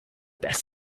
best